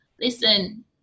Listen